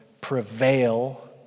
prevail